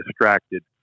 distracted